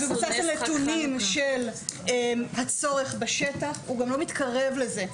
של הצורך בשטח והוא גם לא מתקרב לזה.